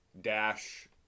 dash